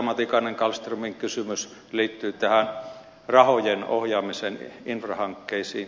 matikainen kallströmin kysymys liittyi tähän rahojen ohjaamisen infrahankkeisiin